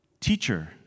Teacher